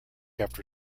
after